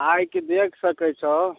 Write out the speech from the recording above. आइके देख सकय छहो